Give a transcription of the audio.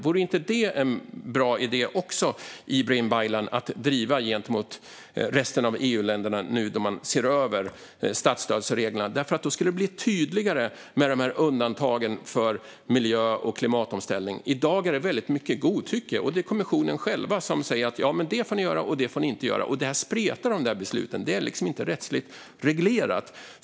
Vore inte det en bra idé också, Ibrahim Baylan, att driva gentemot resten av EU-länderna när man nu ser över statsstödsreglerna? Då skulle det bli tydligare med undantagen för miljö och klimatomställning. I dag är det väldigt mycket godtycke, och det är kommissionen själv som säger: Det här får ni inte göra, och det här får ni göra. Det gör att besluten spretar. Det är liksom inte rättsligt reglerat.